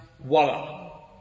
Voila